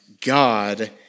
God